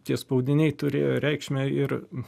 tie spaudiniai turėjo reikšmę ir